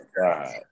God